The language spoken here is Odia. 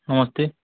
ହଁ କିଏ